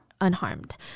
unharmed